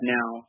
now